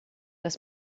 das